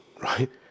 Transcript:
right